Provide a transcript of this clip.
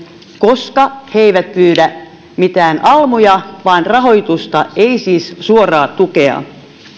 koska he eivät pyydä mitään almuja vaan rahoitusta eivät siis suoraa tukea